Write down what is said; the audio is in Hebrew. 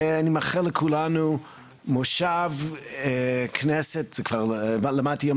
אני מאחל לכולנו מושב כנסת ואפילו למדתי היום